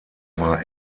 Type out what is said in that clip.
war